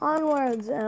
Onwards